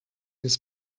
this